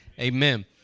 Amen